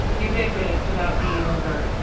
ubiquitous without being overt.